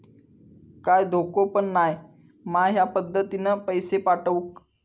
काय धोको पन नाय मा ह्या पद्धतीनं पैसे पाठउक?